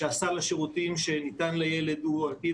שסל השירותים שניתן לילד הוא מרכיב